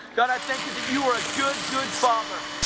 god, i thank you that you are a good, good father.